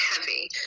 heavy